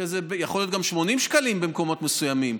שיכול להיות גם 80 שקלים במקומות מסוימים,